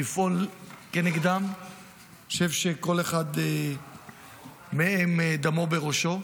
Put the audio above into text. חושב שכל אחד מהם, דמו בראשו.